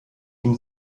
ihm